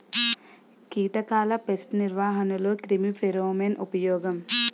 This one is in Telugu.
కీటకాల పేస్ట్ నిర్వహణలో క్రిమి ఫెరోమోన్ ఉపయోగం